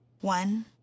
One